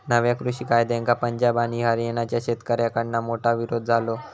नव्या कृषि कायद्यांका पंजाब आणि हरयाणाच्या शेतकऱ्याकडना मोठो विरोध झालो